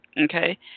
okay